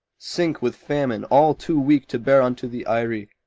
sink with famine, all too weak to bear unto the eyrie,